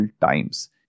times